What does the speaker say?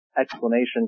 explanation